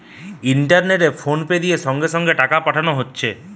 ইন্টারনেটে ফোনপে দিয়ে সঙ্গে সঙ্গে টাকা পাঠানো হতিছে